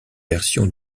version